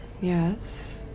Yes